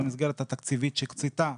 במסגרת התקציבית שהוקצתה,